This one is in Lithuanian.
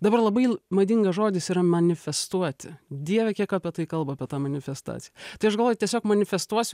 dabar labai madingas žodis yra manifestuoti dieve kiek apie tai kalba apie tą manifestaciją tai aš galvoju tiesiog manifestuosiu